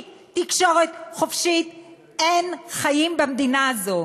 בלי תקשורת חופשית אין חיים במדינה הזו.